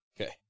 Okay